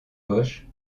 poches